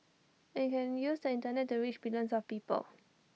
and you can use the Internet to reach billions of people